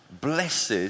blessed